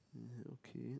uh okay